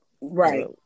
Right